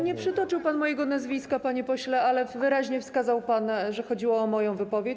Nie przytoczył pan mojego nazwiska, panie pośle, ale wyraźnie wskazał pan, że chodziło o moją wypowiedź.